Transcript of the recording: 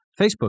Facebook